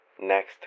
Next